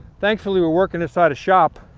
thankfully we were working inside a shop.